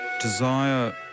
Desire